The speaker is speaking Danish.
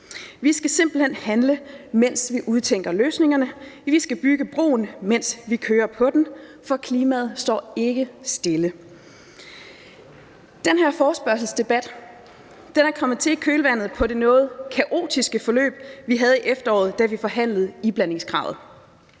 Vi skal simpelt hen handle, mens vi udtænker løsningerne. Vi skal bygge broen, mens vi kører på den, for klimaet står ikke stille. Den her forespørgselsdebat er kommet til i kølvandet på det noget kaotiske forløb, vi havde i efteråret, da vi forhandlede iblandingskravet.